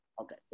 Okay